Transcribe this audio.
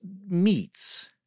meats